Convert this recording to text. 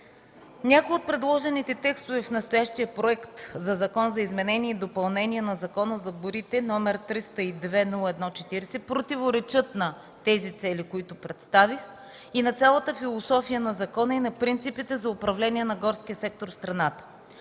Някои от предложените текстове в настоящия Законопроект за изменение и допълнение на Закона за горите, № 302-01-40, противоречат на целите, които представих, на цялата философия на закона и на принципите на управление на горския сектор в страната.